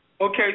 Okay